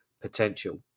potential